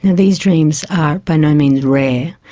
these dreams are by no means rare.